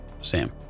Sam